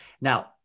Now